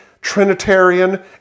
Trinitarian